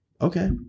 Okay